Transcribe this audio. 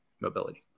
mobility